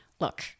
Look